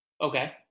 okay